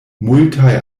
multaj